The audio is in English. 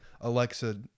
alexa